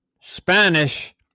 Spanish